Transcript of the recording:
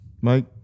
Mike